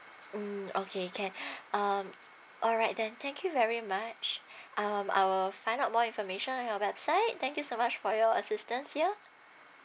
mm okay can um alright then thank you very much um I will find out more information on your website thank you so much for your assistance ya